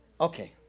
Okay